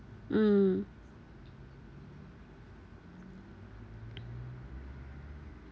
mm